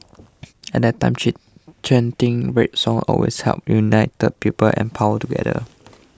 at that time chanting red songs always helped unite people and power together